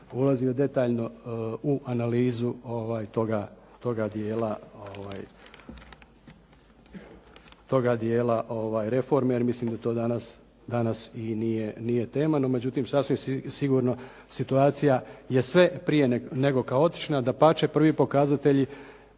ulazio detaljno u analizu toga dijela reforme jer mislim da to danas i nije tema, no međutim sasvim sigurno situacija je sve prije nego kaotična. Dapače, prvi pokazatelji